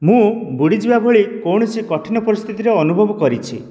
ମୁଁ ବୁଡ଼ିଯିବା ଭଳି କୌଣସି କଠିନ ପରିସ୍ଥିତିରେ ଅନୁଭବ କରିଛି